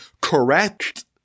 correct